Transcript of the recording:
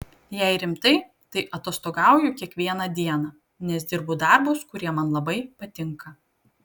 jei rimtai tai atostogauju kiekvieną dieną nes dirbu darbus kurie man labai patinka